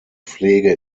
pflege